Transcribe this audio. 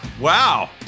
Wow